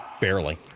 barely